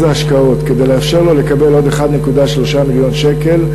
ההשקעות כדי לאפשר לו לקבל עוד 1.3 מיליון שקל,